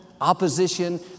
opposition